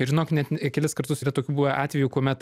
ir žinok net kelis kartus yra tokių buvę atvejų kuomet